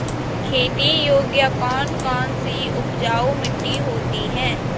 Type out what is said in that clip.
खेती योग्य कौन कौन सी उपजाऊ मिट्टी होती है?